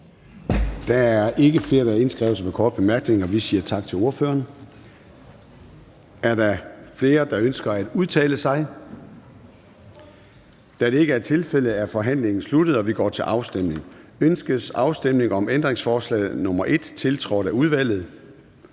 Der er ikke flere indskrevet til korte bemærkninger, så vi siger tak til ordføreren. Er der flere, der ønsker at udtale sig? Da det ikke er tilfældet, er forhandlingen sluttet, og vi går til afstemning. Kl. 13:17 Afstemning Formanden (Søren Gade):